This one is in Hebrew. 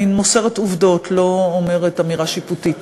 אני מוסרת עובדות, לא אומרת אמירה שיפוטית.